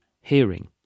hearing